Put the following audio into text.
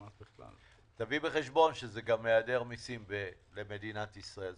תביא בחשבון שזה גם היעדר מסים למדינת ישראל,